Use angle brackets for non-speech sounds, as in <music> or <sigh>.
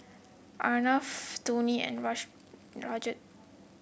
Arnab <unintelligible> Dhoni and <unintelligible> Rajat